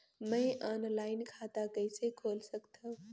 मैं ऑनलाइन खाता कइसे खोल सकथव?